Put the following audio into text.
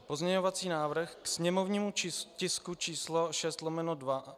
Pozměňovací návrh k sněmovnímu tisku číslo 6/2.